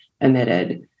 emitted